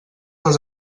les